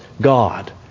God